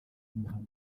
umuhanuzi